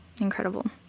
Incredible